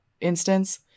instance